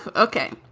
but okay